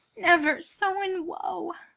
never so in woe,